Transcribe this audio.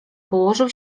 położył